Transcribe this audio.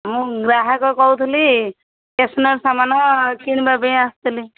ମୁଁ ଗ୍ରାହକ କହୁଥିଲି ଷ୍ଟେସ୍ନାରୀ ସାମାନ କିଣିବା ପାଇଁ ଆସିଥିଲି